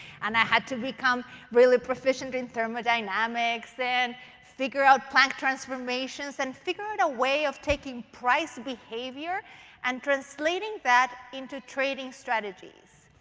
and i had to become really proficient in thermodynamics and figure out plant transformations and figure out a way of taking price behavior and translating that into trading strategies.